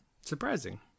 Surprising